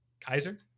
Kaiser